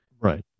Right